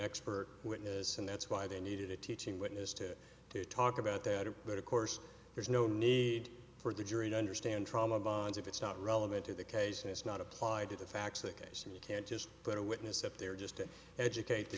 expert witness and that's why they needed a teaching witness to talk about that but of course there's no need for the jury to understand trauma bonds if it's not relevant to the case and it's not applied to the facts the case and you can't just put a witness up there just to educate the